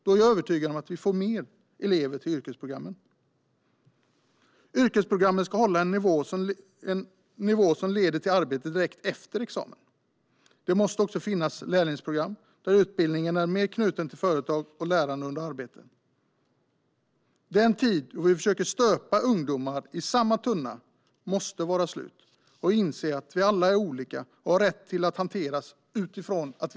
Då är jag övertygad om att vi får fler elever till yrkesprogrammen. Yrkesprogrammen ska hålla en nivå som leder till arbete direkt efter examen. Det måste också finnas lärlingsprogram, där utbildningen är mer knuten till företag och lärande under arbete. Den tid då vi försöker stöpa ungdomar i samma form måste vara slut. Vi måste inse att vi alla är olika och har rätt att hanteras utifrån det.